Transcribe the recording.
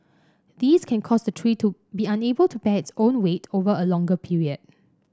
these can cause the tree to be unable to bear its own weight over a longer period